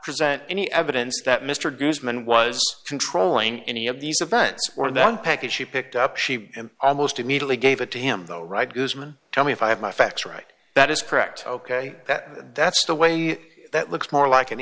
present any evidence that mr guzman was controlling any of these events or the one package she picked up she almost immediately gave it to him though right guzman tell me if i have my facts right that is correct ok that that's the way that looks more like an